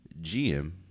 GM